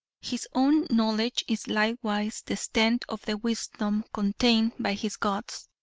his own knowledge is likewise the extent of the wisdom contained by his gods,